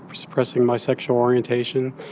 suppressing my sexual orientation.